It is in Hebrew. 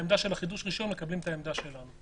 שבעמדה של החידוש רישיון אתם מקבלים את העמדה שלנו,